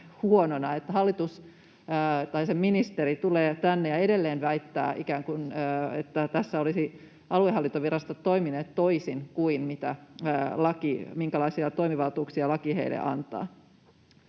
että ministeri tulee tänne ja edelleen väittää, että ikään kuin aluehallintovirastot olisivat tässä toimineet toisin kuin minkälaisia toimivaltuuksia laki heille antaa.